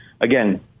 again